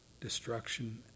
destruction